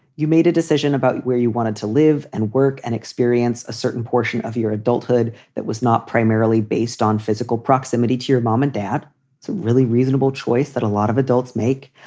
you made a decision about where you wanted to live and work and experience a certain portion of your adulthood that was not primarily based on physical proximity to your mom and dad. it's a really reasonable choice that a lot of adults make.